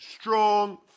strong